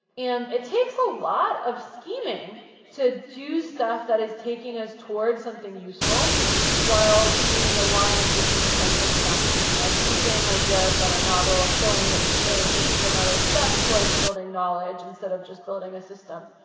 and it takes a lot of scheming to do stuff that is taking us towards something useful while being aligned with the incentives of academia, producing ideas that are novel, showing that, hey, this is another step towards building knowledge instead of just building a system.